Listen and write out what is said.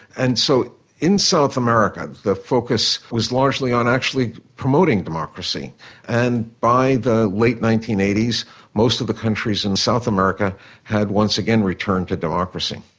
and so in south america the focus was largely on actually promoting and by the late nineteen eighty s most of the countries in south america had once again returned to democracy.